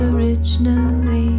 Originally